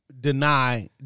Deny